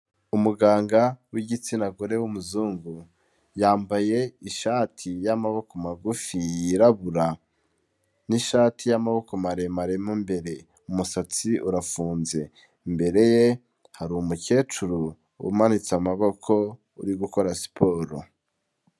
Umuganga w'igitsina gore w'umuzungu, yambaye ishati y'amaboko magufi yirabura n'ishati y'amaboko maremare mu imbere, umusatsi urafunze, imbere ye hari umukecuru umanitse amaboko uri gukora siporo.